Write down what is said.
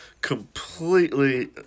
completely